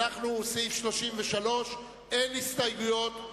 סעיף 33. אין הסתייגויות.